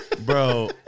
Bro